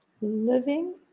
living